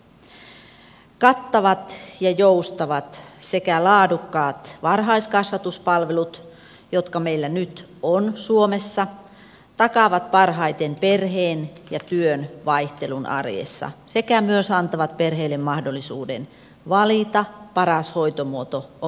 kattavat ja joustavat sekä laadukkaat varhaiskasvatuspalvelut jotka meillä nyt on suomessa takaavat parhaiten perheen ja työn vaihtelun arjessa sekä myös antavat perheille mahdollisuuden valita parhaan hoitomuodon omalle lapselleen